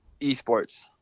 esports